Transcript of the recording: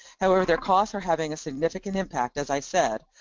however, their costs are having a significant impact, as i said,